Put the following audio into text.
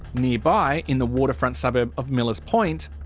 nearby, in the waterfront suburb of millers point,